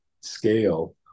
scale